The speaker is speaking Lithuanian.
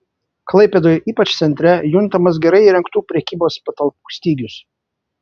klaipėdoje ypač centre juntamas gerai įrengtų prekybos patalpų stygius